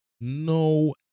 No